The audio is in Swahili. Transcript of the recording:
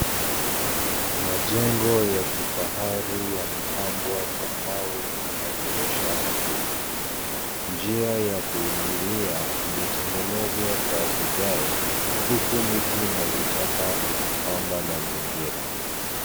Majengo ya kufahari yamepambwa kwa mawe alirusha makubwa. Njia ya kuingilia imetengenezwa kwa vigae huku miti na vichaka vikipamba mazingira.